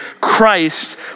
Christ